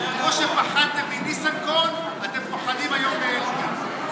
כמו שפחדתם מניסנקורן, אתם פוחדים היום מאלקין.